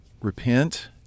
repent